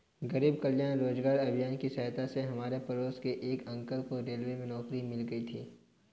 गरीब कल्याण रोजगार अभियान की सहायता से हमारे पड़ोस के एक अंकल को रेलवे में नौकरी मिल गई थी